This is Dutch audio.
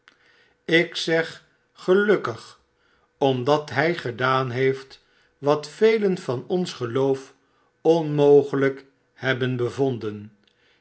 ik zeg gelukki omdat hij gedaan heeft wat velen van ons geloof onmogelijk hebben bevonden